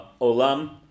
olam